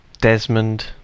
Desmond